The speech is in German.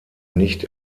nicht